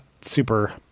super